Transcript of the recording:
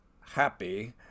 happy